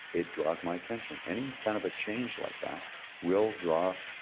it draws my attention. any kind of a change like that will draw